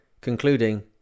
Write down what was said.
concluding